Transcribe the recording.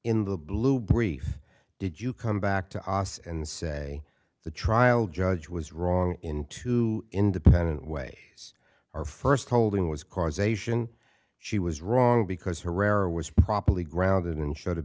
in the blue briefs did you come back to us and say the trial judge was wrong in two independent way our first holding was causation she was wrong because herrera was properly grounded and should have